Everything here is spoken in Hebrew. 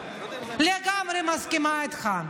אני לגמרי מסכימה איתך,